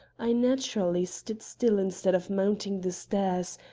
i naturally stood still instead of mounting the stairs,